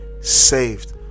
saved